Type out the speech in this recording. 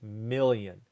million